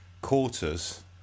quarters